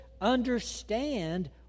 understand